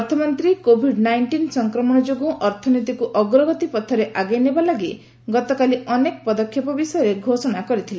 ଅର୍ଥମନ୍ତ୍ରୀ COVID nineteen ସଂକ୍ରମଣ ଯୋଗୁଁ ଅର୍ଥନୀତିକୁ ଅଗ୍ରଗତି ପଥରେ ଆଗେଇନେବା ଲାଗି ଗତକାଲି ଅନେକ ପଦକ୍ଷେପ ବିଷୟରେ ଘୋଷଣା କରାଯାଇଥିଲା